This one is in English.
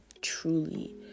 truly